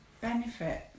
benefit